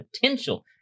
potential